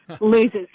loses